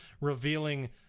revealing